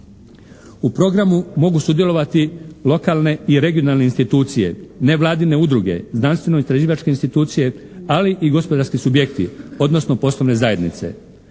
U programu mogu sudjelovati lokalne i regionalne institucije, nevladine udruge, znanstvenoistraživačke institucije, ali i gospodarski subjekti, odnosno poslovne zajednice.